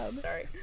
Sorry